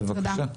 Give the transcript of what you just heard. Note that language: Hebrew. בבקשה.